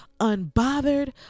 unbothered